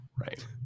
right